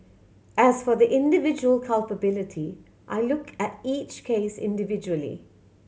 as for their individual culpability I looked at each case individually